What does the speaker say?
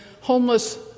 homeless